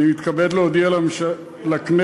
אני מתכבד להודיע לכנסת,